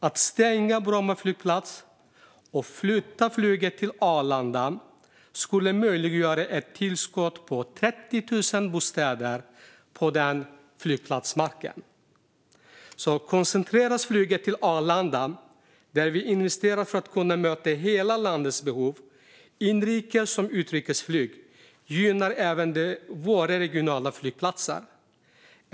Att stänga Bromma flygplats och flytta flyget till Arlanda skulle möjliggöra ett tillskott på 30 000 bostäder på flygplatsmarken. Att koncentrera flyget till Arlanda, där vi investerar för att kunna möta hela landets behov av såväl inrikes som utrikesflyg, gynnar även våra regionala flygplatser.